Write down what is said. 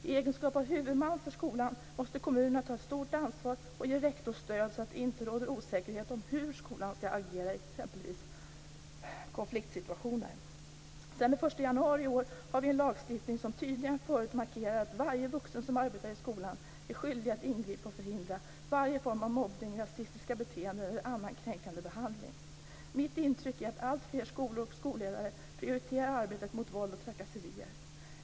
I egenskap av huvudman för skolan måste kommunen ta ett stort ansvar och ge rektor stöd så att det inte råder osäkerhet om hur skolan skall agera i exempelvis konfliktsituationer. Sedan den 1 januari i år har vi en lagstiftning som tydligare än förut markerar att varje vuxen som arbetar i skolan är skyldig att ingripa och förhindra varje form av mobbning, rasistiska beteenden eller annan kränkande behandling. Mitt intryck är att alltfler skolor och skolledare prioriterar arbetet mot våld och trakasserier.